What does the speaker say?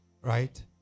right